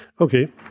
Okay